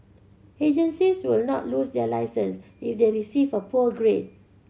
agencies will not lose their licence if they receive a poor grade